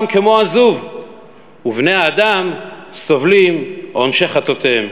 כמו עזוב ובני האדם סובלים עונשי חטאותיהם".